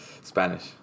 Spanish